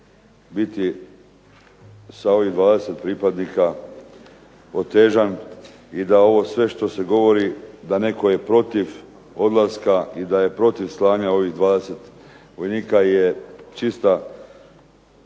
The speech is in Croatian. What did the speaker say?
biti sa ovih 20 pripadnika otežan i da ovo sve što se govori da netko je protiv odlaska i da je protiv slanja ovih 20 vojnika je čista